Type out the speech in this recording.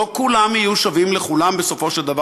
לא כולם יהיו שווים לכולם בסופו של דבר,